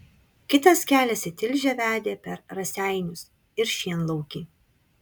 kitas kelias į tilžę vedė per raseinius ir šienlaukį